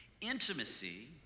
Intimacy